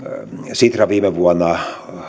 sitra viime vuonna